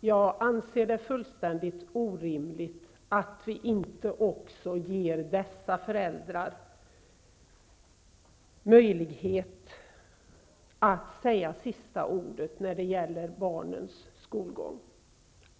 Jag anser det fullständigt orimligt att vi inte ger också dessa föräldrar möjlighet att få sista ordet när det gäller barnens skolgång.